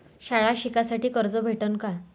शाळा शिकासाठी कर्ज भेटन का?